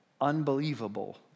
unbelievable